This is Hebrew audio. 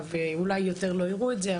ואולי יותר לא יראו את זה,